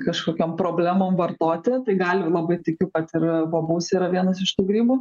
kažkokiom problemom vartoti tai gal ir labai tikiu kad ir bobausiai yra vienas iš tų grybų